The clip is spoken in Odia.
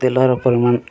ତେଲର ପରିମାଣ